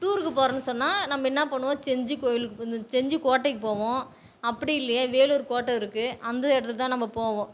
டூருக்குப் போகிறோன்னு சொன்னால் நம்ம என்ன பண்ணுவோம் செஞ்சி கோவிலுக்குப் போ இந்த செஞ்சி கோட்டைக்குப் போவோம் அப்படி இல்லையா வேலூர் கோட்டை இருக்குது அந்த இடத்துக்கு தான் நம்ம போவோம்